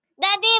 Daddy